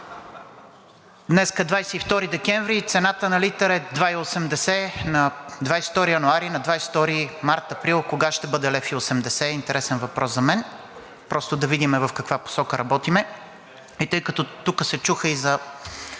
Днес е 22 декември и цената на литър е 2,80 лв. На 22 януари, на 22 март, април, кога ще бъде 1,80 лв., е интересен въпрос за мен? Просто да видим в каква посока работим. И тъй като тук се чуха и за